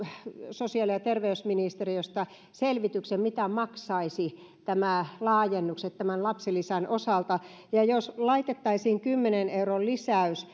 sosiaali ja terveysministeriöstä selvityksen mitä maksaisivat nämä laajennukset tämän lapsilisän osalta että jos laitettaisiin kymmenen euron lisäys